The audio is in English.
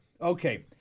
Okay